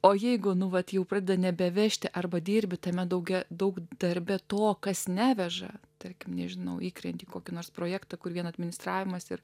o jeigu nu vat jau pradeda nebevežti arba dirbi tame daugiau daug darbe tuo kas neveža tarkim nežinau įkrenti kokį nors projektą kur vien administravimas ir